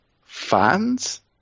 fans